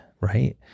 right